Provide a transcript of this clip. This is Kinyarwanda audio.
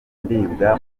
ndibwa